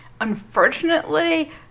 Unfortunately